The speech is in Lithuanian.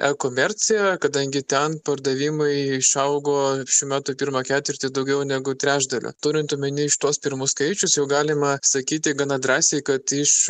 ekomercija kadangi ten pardavimai išaugo šių metų pirmą ketvirtį daugiau negu trečdaliu turint omeny šituos pirmus skaičius jau galima sakyti gana drąsiai kad iš